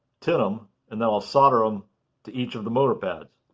tin them, and then i'll solder them to each of the motor pads.